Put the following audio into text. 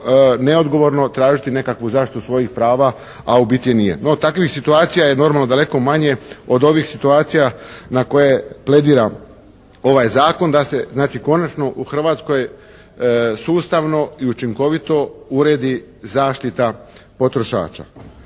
neodgovorno tražiti nekakvu zaštitu svojih prava a u biti nije. No takvih situacija je normalno daleko manje od ovih situacija na koje plediram. Ovaj zakon da se znači konačno u Hrvatskoj sustavno i učinkovito uredi zaštita potrošača.